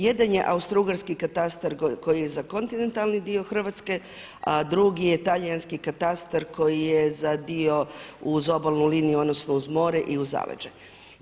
Jedan je austrougarski katastar koji je za kontinentalni dio Hrvatske, a drugi je talijanski katastar koji je za dio uz obalnu liniju odnosno uz more i uz zaleđe.